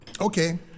Okay